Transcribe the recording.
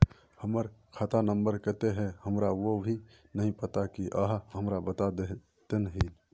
हमर खाता नम्बर केते है हमरा वो भी नहीं पता की आहाँ हमरा बता देतहिन?